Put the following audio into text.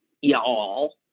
y'all